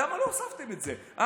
למה לא הוספתם את זה?